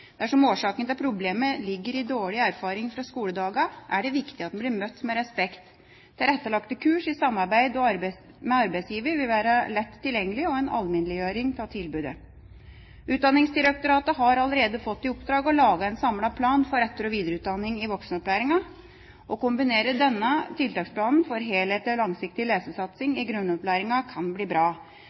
Dersom årsaken til problemet ligger i dårlige erfaringer fra skoledagene, er det viktig at en blir møtt med respekt. Tilrettelagte kurs i samarbeid med arbeidsgiver vil være lett tilgjengelig og en alminneliggjøring av tilbudet. Utdanningsdirektoratet har allerede fått i oppdrag å lage en samlet plan for etter- og videreutdanning i voksenopplæringen. Å kombinere denne med tiltaksplanen for helhetlig og langsiktig lesesatsing i grunnopplæringen kan bli bra.